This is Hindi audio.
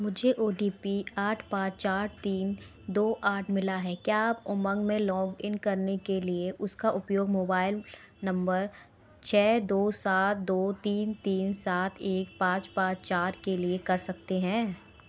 मुझे ओ टी पी आठ पाँच चार तीन दो आठ मिला है क्या आप उमंग में लॉग इन करने के लिए उसका उपयोग मोबाइल नंबर छ दो सात दो तीन तीन सात एक पाँच पाँच चार के लिए कर सकते हैं